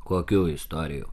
kokių istorijų